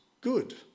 good